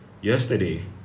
Yesterday